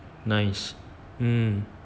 nice um